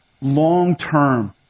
long-term